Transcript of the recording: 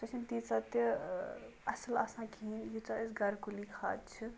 سۄ چھَنہٕ تیٖژاہ تہِ اَصٕل آسان کِہیٖنۍ ییٖژاہ أسۍ گَرکُلی کھاد چھِ